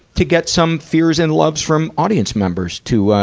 to get some fears and loves from audience members, to, ah,